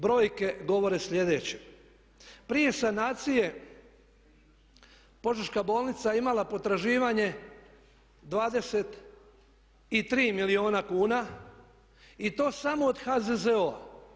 Brojke govore sljedeće, prije sanacije Požeška bolnica je imala potraživanje 23 milijuna kuna i to samo od HZZO-a.